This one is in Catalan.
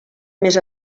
més